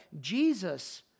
Jesus